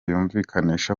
yumvikanisha